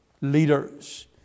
leaders